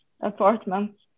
apartment